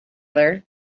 other